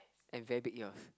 and very big ears